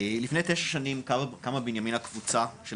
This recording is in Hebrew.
לפני תשע שנים קמה בבנימינה קבוצה של